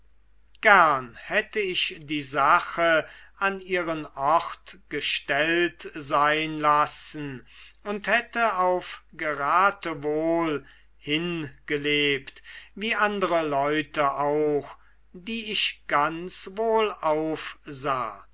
gern hätte ich die sache an ihren ort gestellt sein lassen und hätte auf geratewohl hingelebt wie andere leute auch die ich ganz wohlauf